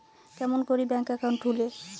কেমন করি bank account খুলে?